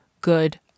good